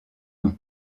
nom